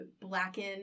blacken